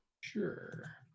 sure